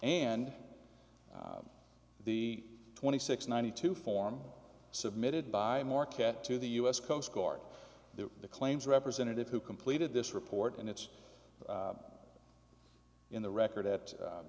and the twenty six ninety two form submitted by more cat to the u s coast guard the claims representative who completed this report and it's in the record at